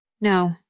No